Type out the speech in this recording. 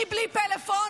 אני בלי פלאפון,